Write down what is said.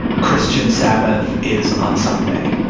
christian sabbath is on sunday.